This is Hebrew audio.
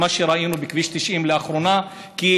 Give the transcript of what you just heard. כמו שראינו לאחרונה בכביש 90,